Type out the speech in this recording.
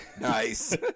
nice